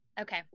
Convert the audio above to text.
Okay